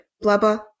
blubber